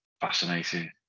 fascinating